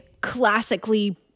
classically